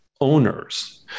owners